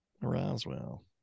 Roswell